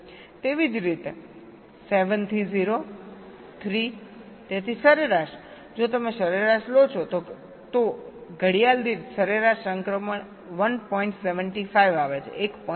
તેવી જ રીતે 7 થી 0 3 તેથી સરેરાશ જો તમે સરેરાશ લો છો તો ઘડિયાળ દીઠ સરેરાશ સંક્રમણ 1